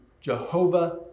Jehovah